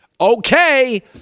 Okay